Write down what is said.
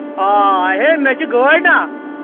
آ ہے مےٚ چھِ گٲڑۍ نہ